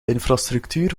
infrastructuur